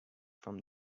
from